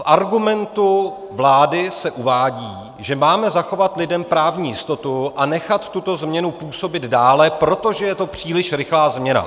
V argumentu vlády se uvádí, že máme zachovat lidem právní jistotu a nechat tuto změnu působit dále, protože je to příliš rychlá změna.